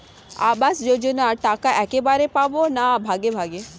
আবাস যোজনা টাকা একবারে পাব না ভাগে ভাগে?